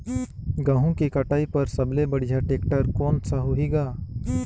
गहूं के कटाई पर सबले बढ़िया टेक्टर कोन सा होही ग?